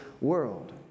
world